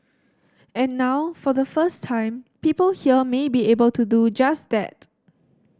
and now for the first time people here may be able to do just that